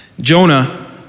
Jonah